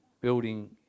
building